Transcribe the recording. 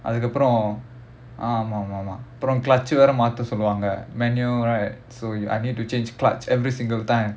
அதுக்கு அப்புறம் ஆமா ஆமா ஆமா:athukku appuram aamaa aamaa aamaa clutch வேற மத்த சொல்லுவாங்க:vera matha solluvaanga manual right so you I need to change clutch every single time